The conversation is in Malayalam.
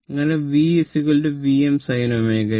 അങ്ങനെ V Vm sin ω t